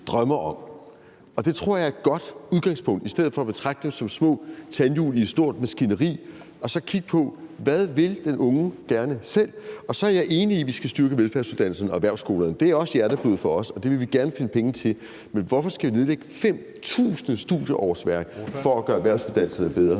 drømmer om, og det tror jeg er et godt udgangspunkt. I stedet for at betragte de unge som små tandhjul i et stort maskineri, skal vi altså kigge på: Hvad vil den unge gerne selv? Så er jeg enig i, at vi skal styrke velfærdsuddannelserne og erhvervsskolerne. Det er også hjerteblod for os, og det vil vi gerne finde penge til, men hvorfor skal vi nedlægge 5.000 studieårsværk for at gøre erhvervsuddannelserne bedre?